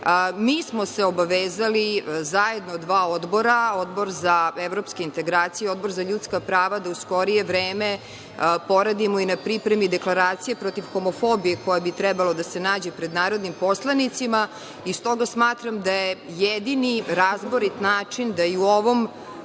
smo se obavezali, zajedno dva odbora, Odbor za evropske integracije, Odbor za ljudska prava, da u skorije vreme poradimo i na pripremi deklaracije protiv homofobije koja bi trebala da se nađe pred narodnim poslanicima. Stoga smatram da je jedini razborit način da i u ovom